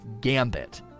Gambit